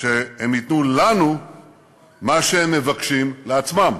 שהם ייתנו לנו מה שהם מבקשים לעצמם.